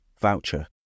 voucher